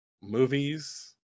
movies